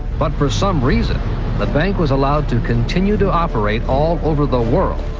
but for some reason the bank was allowed. to continue to operate all over the world.